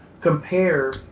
compare